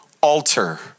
alter